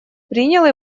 принял